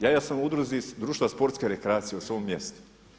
Ja sam u udruzi Društva sportske rekreacije u svom mjestu.